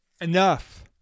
Enough